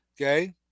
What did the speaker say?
okay